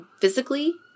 physically